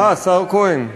אה, השר כהן.